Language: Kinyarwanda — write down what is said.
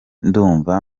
ndumva